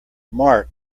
marc